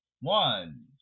One